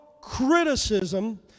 criticism